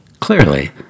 Clearly